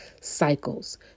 cycles